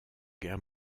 guerre